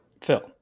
Phil